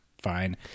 fine